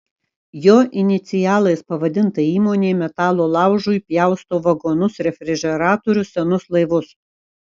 jo inicialais pavadinta įmonė metalo laužui pjausto vagonus refrižeratorius senus laivus